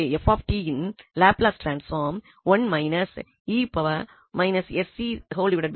எனவே fஇன் Laplace transform என்பதனை எளிமையாகப் பெறலாம்